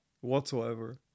Whatsoever